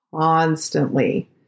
constantly